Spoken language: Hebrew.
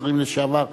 שרים לשעבר,